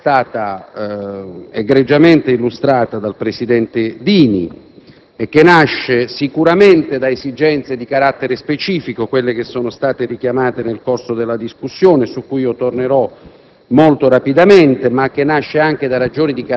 la cui opportunità, che è stata egregiamente illustrata dal presidente Dini, nasce sicuramente da esigenze di carattere specifico che sono state richiamate nel corso della discussione, su cui tornerò